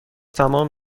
تمام